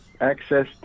access